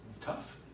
tough